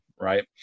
right